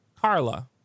Carla